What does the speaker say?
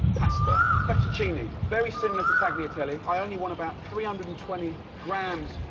pasta. fettuccine. very similar to tagliatelle. i i only want about three hundred and twenty grams.